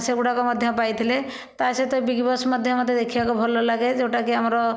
ସେଗୁଡ଼ାକ ମଧ୍ୟ ପାଇଥିଲେ ତା ସହିତ ବିଗ୍ ବସ୍ ମଧ୍ୟ ମୋତେ ଦେଖିବାକୁ ଭଲ ଲାଗେ ଯେଉଁଟାକି ଆମର